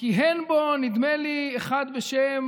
כיהן בו, נדמה לי, אחד בשם